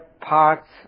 parts